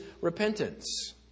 repentance